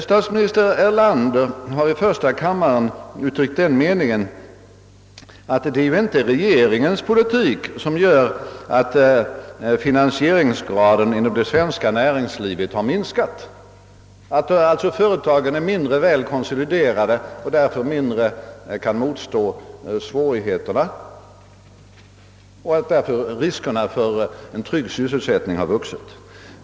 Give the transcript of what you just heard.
Statsminister Erlander har i första kammaren uttryckt den meningen, att det inte är regeringens politik som gör att finansieringsgraden inom det svenska näringslivet har minskat, alltså att företagen är mindre väl konsoliderade och därför mindre väl kan motstå svårigheterna, varigenom riskerna för en tryggad sysselsättning har ökat.